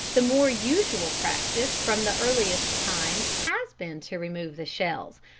the more usual practice from the earliest times has been to remove the shells,